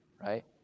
right